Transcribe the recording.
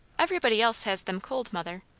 everybody else has them cold, mother.